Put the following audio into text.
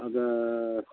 ಅದು